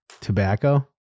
tobacco